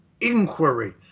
inquiry